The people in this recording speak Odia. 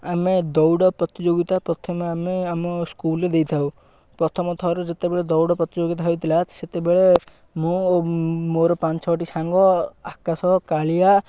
ଆମେ ଦୌଡ଼ ପ୍ରତିଯୋଗିତା ପ୍ରଥମେ ଆମେ ଆମ ସ୍କୁଲ୍ରେ ଦେଇଥାଉ ପ୍ରଥମଥର ଯେତେବେଳେ ଦୌଡ଼ ପ୍ରତିଯୋଗିତା ହୋଇଥିଲା ସେତେବେଳେ ମୁଁ ଓ ମୋର ପାଞ୍ଚଟି ସାଙ୍ଗ ଆକାଶ କାଳିଆ